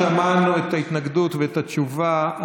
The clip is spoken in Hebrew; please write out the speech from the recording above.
שמענו את ההתנגדות ואת התשובה.